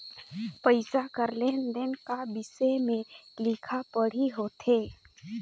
पइसा कर लेन देन का बिसे में लिखा पढ़ी होथे